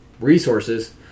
resources